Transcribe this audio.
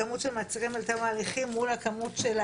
הכמות של מעצרים עד תום ההליכים מול הכמות של